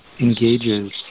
engages